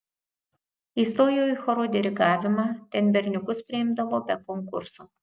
įstojau į choro dirigavimą ten berniukus priimdavo be konkurso